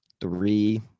three